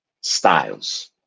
styles